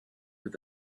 with